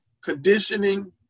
conditioning